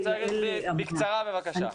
רק בקצרה בבקשה.